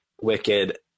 Wicked